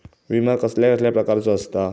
विमा कसल्या कसल्या प्रकारचो असता?